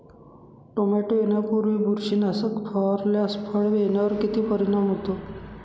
Tomato येण्यापूर्वी बुरशीनाशक फवारल्यास फळ येण्यावर किती परिणाम होतो?